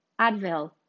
Advil